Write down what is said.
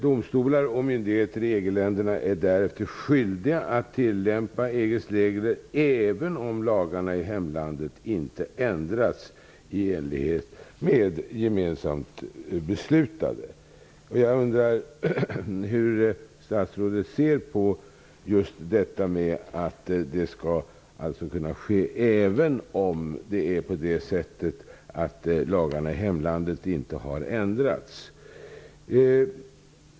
Domstolar och myndigheter i EG länderna är därefter skyldiga att tillämpa EG:s regler, även om lagarna i hemlandet inte har ändrats i enlighet med gemensamt beslutade regler. Jag undrar hur statsrådet ser just på att detta skall kunna ske även om lagarna i hemlandet inte har ändrats.